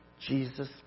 Jesus